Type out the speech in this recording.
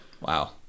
Wow